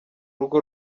rugo